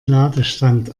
ladestand